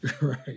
Right